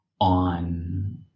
on